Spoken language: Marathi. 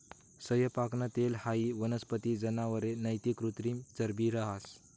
सैयपाकनं तेल हाई वनस्पती, जनावरे नैते कृत्रिम चरबी रहास